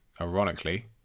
ironically